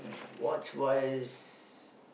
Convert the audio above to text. mm watch wise